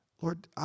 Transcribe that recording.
Lord